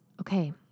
okay